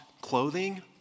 clothing